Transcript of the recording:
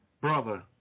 brother